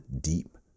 deep